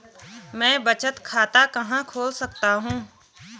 मैं बचत खाता कहां खोल सकता हूँ?